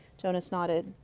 jonas nodded.